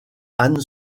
anne